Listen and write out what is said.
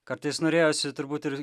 kartais norėjosi turbūt ir